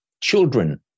children